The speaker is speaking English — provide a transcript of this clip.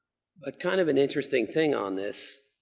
but kind of an interesting thing on this,